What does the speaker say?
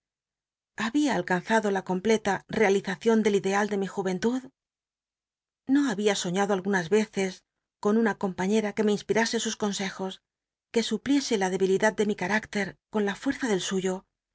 babia alcanzado la completa realizacion del ideal de mi juventud no habia soiíado algunas veces con una compaiíera que me inspirase sus consejos que supliese la debilidad de mi carácter con la ruerza del suyo